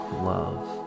love